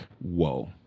whoa